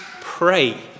pray